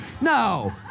No